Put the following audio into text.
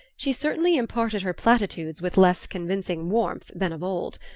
she certainly imparted her platitudes with less convincing warmth than of old.